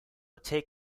lake